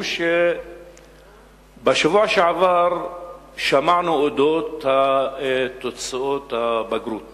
בשבוע שעבר שמענו על תוצאות הבגרות